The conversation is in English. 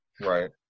right